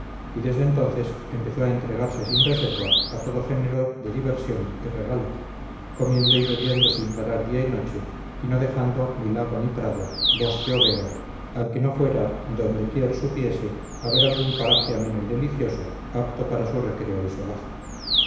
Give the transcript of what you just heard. y desde entonces empezó a entregarse sin reserva a todo género de diversión y regalo comiendo y bebiendo sin parar día y noche y no dejando ni lago ni prado bosque o vega al que no fuera donde quier supiese haber algún paraje ameno y delicioso apto para su recreo y solaz